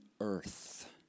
earth